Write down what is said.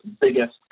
biggest